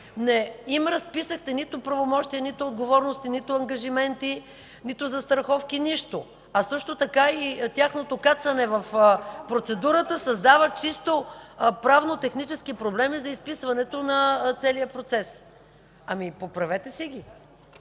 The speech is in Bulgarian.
им разписахте нито правомощия, нито отговорности, нито ангажименти, нито застраховки – нищо, а също така и тяхното „кацане” в процедурата създава чисто правно-технически проблеми за изписването на целия процес. (Реплики.) Ами поправете си ги,